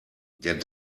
der